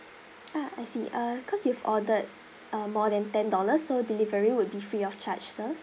ah I see uh because you've ordered uh more than ten dollars so delivery would be free of charge sir